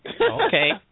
Okay